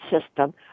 system